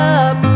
up